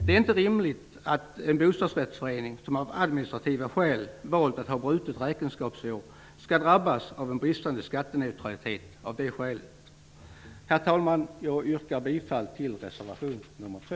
Det är inte rimligt att en bostadsrättsförening, som av administrativa skäl valt att ha brutet räkenskapsår, skall drabbas av en bristande skatteneutralitet av det skälet. Herr talman! Jag yrkar bifall till reservation nr 2.